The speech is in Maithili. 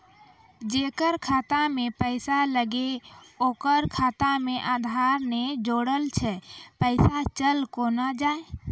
जेकरा खाता मैं पैसा लगेबे ओकर खाता मे आधार ने जोड़लऽ छै पैसा चल कोना जाए?